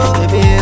baby